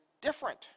different